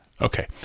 Okay